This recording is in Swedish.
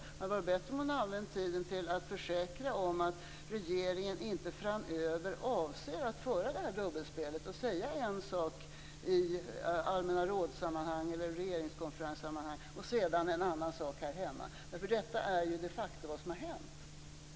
Det hade varit bättre om hon använt tiden till att försäkra att regeringen inte framöver avser att föra det här dubbelspelet: säga en sak i Allmänna råds och regeringskonferenssammanhang och sedan en annan här hemma. Detta är ju de facto vad som har hänt.